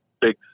big